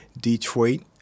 Detroit